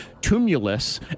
tumulus